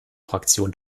fraktion